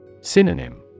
Synonym